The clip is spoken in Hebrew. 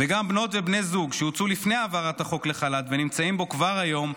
וגם בנות ובני זוג שהוצאו לחל"ת לפני העברת החוק ונמצאים בו כבר היום,